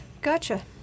Gotcha